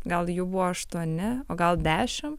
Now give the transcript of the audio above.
gal jų buvo aštuoni o gal dešim